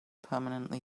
permanently